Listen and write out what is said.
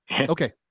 Okay